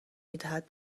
میدهد